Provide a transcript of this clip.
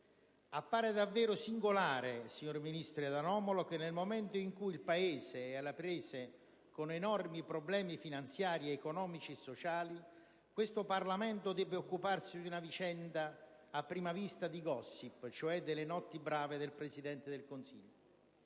Appare davvero singolare ed anomalo, signor Ministro, che nel momento in cui il Paese è alle prese con enormi problemi finanziari, economici e sociali, questo Parlamento debba occuparsi di una vicenda a prima vista di *gossip*, ossia delle notti brave del Presidente del Consiglio.